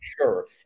sure